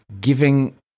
giving